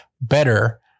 better